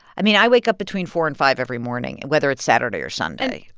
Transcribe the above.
i mean, i wake up between four and five every morning, and whether it's saturday or sunday.